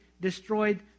destroyed